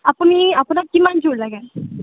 আপুনি আপোনাক কিমান যোৰ লাগে